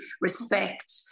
respect